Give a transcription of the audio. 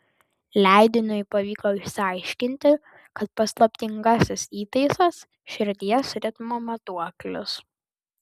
leidiniui pavyko išsiaiškinti kad paslaptingasis įtaisas širdies ritmo matuoklis